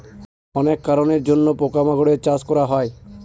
অনেক কারনের জন্য পোকা মাকড়ের চাষ করা হয়